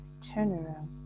turnaround